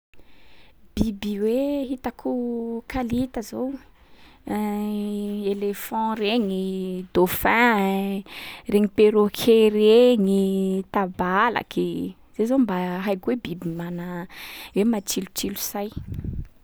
Biby hoe hitako kalita zao: i éléphant reny, dauphin, regny perroquet regny, tabalaky. Zay zao mba haiko hoe biby mana- hoe matsilotsilo say.